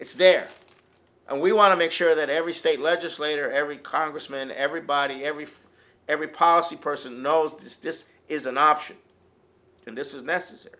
it's there and we want to make sure that every state legislator every congressman everybody every for every policy person knows this is an option and this is necessary